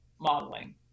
modeling